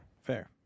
Fair